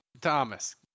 Thomas